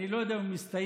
אני לא יודע אם הוא מסתייג.